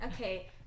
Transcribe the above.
okay